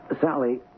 Sally